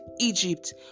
Egypt